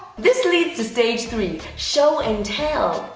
this leads to stage three, show and tell.